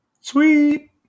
Sweet